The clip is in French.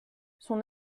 son